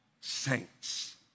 saints